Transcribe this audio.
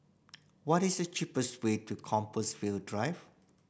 what is the cheapest way to Compassvale Drive